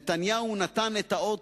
נתניהו נתן את האות: